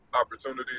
opportunity